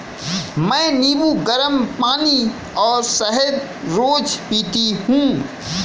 मैं नींबू, गरम पानी और शहद रोज पीती हूँ